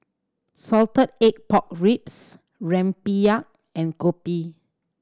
salted egg pork ribs rempeyek and kopi